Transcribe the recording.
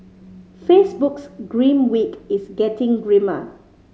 Facebook's grim week is getting grimmer